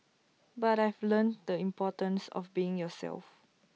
but I've learnt the importance of being yourself